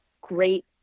great